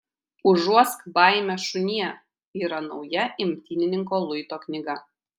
užuosk baimę šunie yra nauja imtynininko luito knyga